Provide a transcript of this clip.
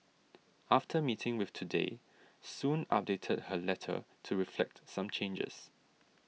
after meeting with Today Soon updated her letter to reflect some changes